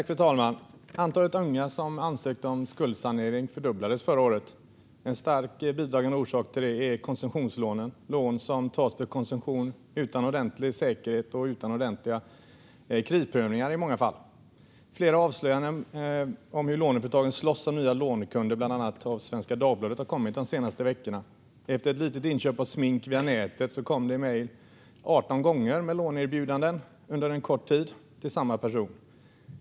Fru talman! Antalet unga som ansökte om skuldsanering fördubblades förra året. En starkt bidragande orsak till det är konsumtionslånen, lån som tas för konsumtion utan ordentlig säkerhet och i många fall utan ordentlig kreditprövning. Flera avslöjanden från bland andra Svenska Dagbladet har kommit under de senaste veckorna om hur låneföretagen slåss om nya lånekunder. Efter ett litet inköp av smink via nätet kom det under kort tid mejl 18 gånger om låneerbjudanden till den person som gjort köpet.